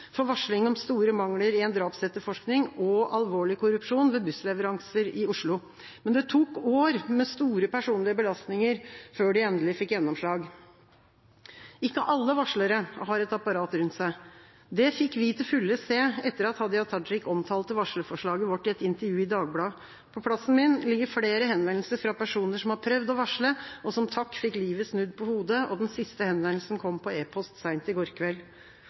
for varsling om store mangler i en drapsetterforskning og alvorlig korrupsjon ved bussleveranser i Oslo. Men det tok år med store personlige belastninger før de endelig fikk gjennomslag. Ikke alle varslere har et apparat rundt seg. Det fikk vi til fulle se etter at Hadia Tajik omtalte varslerforslaget vårt i et intervju i Dagbladet. På plassen min ligger henvendelser fra personer som har prøvd å varsle, og som takk fikk livet snudd på hodet. Den siste henvendelsen kom på e-post seint i